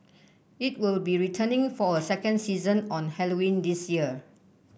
it will be returning for a second season on Halloween this year